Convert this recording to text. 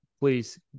Please